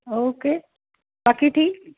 okay बाकी ठीक